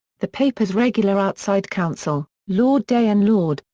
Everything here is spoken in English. the paper's regular outside counsel, lord day and lord,